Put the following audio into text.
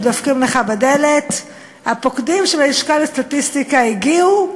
ודופקים לך בדלת: הפוקדים של הלשכה המרכזית לסטטיסטיקה הגיעו,